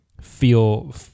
feel